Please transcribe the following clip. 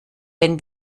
wenn